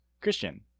Christian